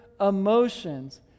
emotions